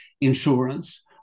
insurance